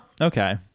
okay